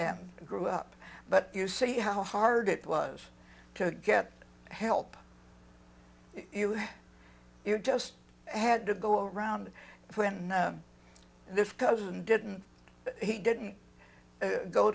and grew up but you see how hard it was to get help you just had to go around when this cousin didn't he didn't go